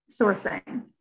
sourcing